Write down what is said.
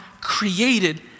created